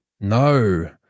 No